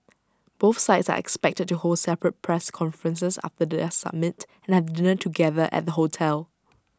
both sides are expected to hold separate press conferences after their A summit and have dinner together at the hotel